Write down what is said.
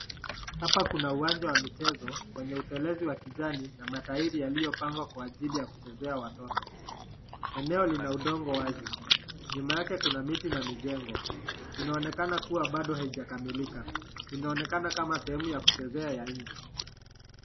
Hapa kuna uwanja wa mchezo wenye utelezi wa kijani na mairi yalio pangwa kwa ajili ya kuchezewa, na watoto nyuma yake kuna miti na mijengo inaonekana kuwa bado haijakamilika, inaonekana kama sehemu ya kuchezea ya inche.